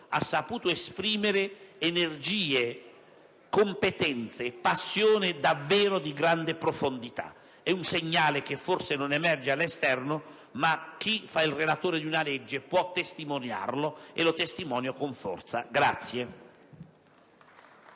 ha saputo esprimere energie, competenze e passione davvero di grande profondità. È un segnale che forse non emerge all'esterno, ma chi fa il relatore di una legge può testimoniarlo, e io lo faccio con forza.